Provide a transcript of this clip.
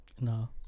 No